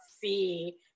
See